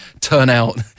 turnout